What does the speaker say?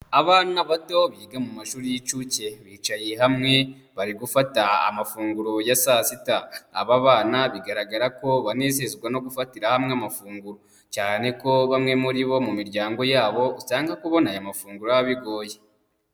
Abana bato biga mu mashuri y'inshuke bicaye hamwe bari gufata amafunguro ya saa sita, aba bana bigaragara ko banezezwa no gufatira hamwe amafunguro, cyane ko bamwe muri bo mu miryango yabo usanga kubona aya mafunguro biba bigoye.